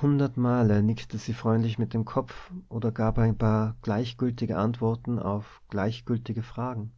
hundert male nickte sie freundlich mit dem kopf oder gab ein paar gleichgültige antworten auf gleichgültige fragen